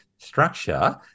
structure